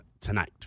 tonight